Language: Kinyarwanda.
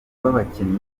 rw’abakinnyi